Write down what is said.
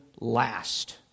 last